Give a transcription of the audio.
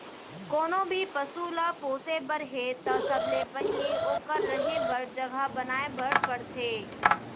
कोनों भी पसु ल पोसे बर हे त सबले पहिली ओकर रहें बर जघा बनाए बर परथे